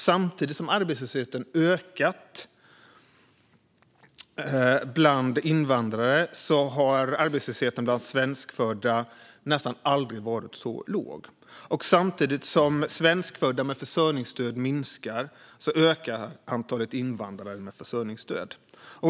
Samtidigt som arbetslösheten ökat bland invandrare har arbetslösheten bland svenskfödda nästan aldrig varit så låg. Och samtidigt som svenskfödda med försörjningsstöd minskar ökar antalet invandrare med försörjningsstöd.